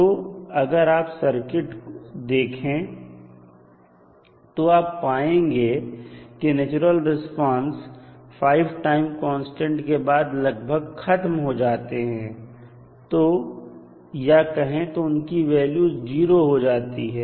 तो अगर आप सर्किट देखें तो आप पाएंगे कि नेचुरल रिस्पांस 5 टाइम कांस्टेंट के बाद लगभग खत्म हो जाते हैं या कहे तो उनकी वैल्यू 0 हो जाती है